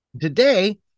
Today